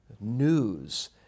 news